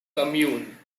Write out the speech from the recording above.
commune